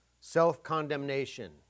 Self-condemnation